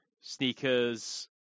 Sneakers